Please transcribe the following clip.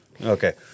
Okay